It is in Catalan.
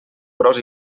gros